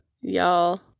y'all